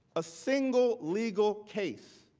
a single legal case.